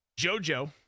JoJo